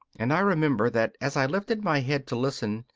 and i remember that as i lifted my head to listen,